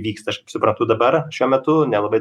vyksta aš suprantu dabar šiuo metu nelabai